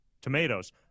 tomatoes